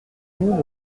nous